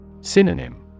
Synonym